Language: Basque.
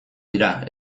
dira